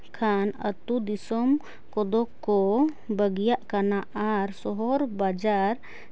ᱠᱷᱟᱱ ᱟᱛᱳ ᱫᱤᱥᱚᱢ ᱠᱚᱫᱚ ᱠᱚ ᱵᱟᱹᱜᱤᱭᱟᱜ ᱠᱟᱱᱟ ᱟᱨ ᱥᱚᱦᱚᱨ ᱵᱟᱡᱟᱨ